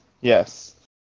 Yes